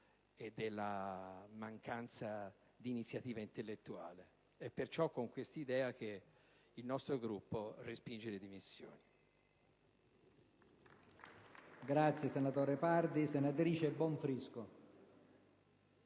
e della mancanza di iniziativa intellettuale. È perciò con questa idea che il nostro Gruppo respinge le dimissioni